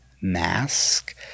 mask